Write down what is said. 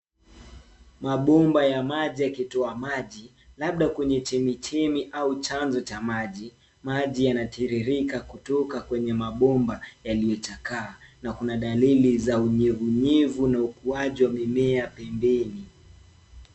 Mabomba ya maji yakitoa maji labda kwenye chemichemi au chanzo cha maji. Maji yanatiririka kutoka kwenye mabomba yaliyochakaa, na kuna dalili za unyevunyevu na ukuaji wa mimea pembeni.